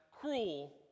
cruel